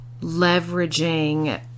leveraging